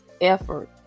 effort